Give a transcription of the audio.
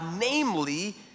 namely